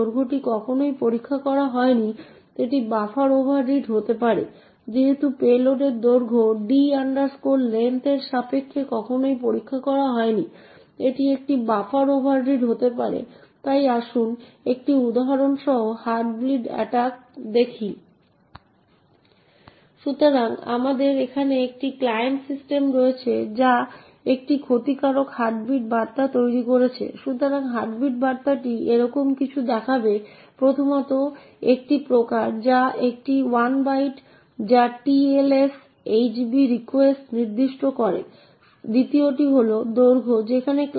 এখন যেহেতু প্রথম আর্গুমেন্টটি এই অবস্থানে নির্দিষ্ট করা হয়েছে ffffcf48 দ্বিতীয় আর্গুমেন্টটি চারটি অবস্থান এর আগে হবে যেটি ffffcf34 এ এবং printf এই মানটি তুলবে যা সমস্ত শূন্য এবং এটি পর্দায় প্রদর্শন করবে